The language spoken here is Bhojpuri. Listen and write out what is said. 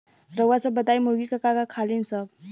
रउआ सभ बताई मुर्गी का का खालीन सब?